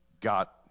got